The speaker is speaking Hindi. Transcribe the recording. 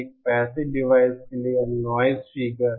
एक पैसिव डिवाइस के लिए यह नॉइज़ फिगर